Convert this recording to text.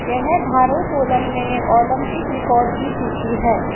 यह भारोत्तोलन में ओलंपिक रिकॉर्ड की सूची है